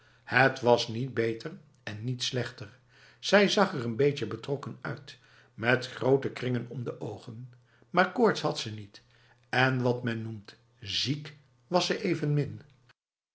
het was niet beter en niet slechter zij zag er n beetje betrokken uit met grote kringen om de ogen maar koorts had ze niet en wat men noemt ziek was ze evenmin